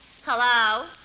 Hello